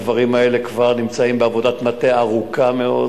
הדברים האלה כבר נמצאים בעבודת מטה ארוכה מאוד,